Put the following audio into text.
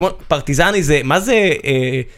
פרטיזני זה... מה זה?